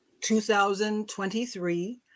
2023